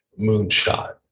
moonshot